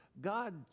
god